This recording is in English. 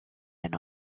and